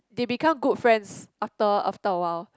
they become good friends after after awhile